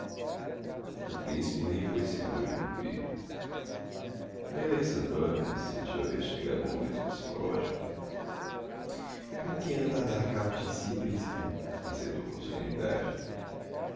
o principe nem foi senhor de concluir maria alexandrovna sentiu haver chegado o momento psicologico para que anda a dar cabo de si principe encetou com solemnidade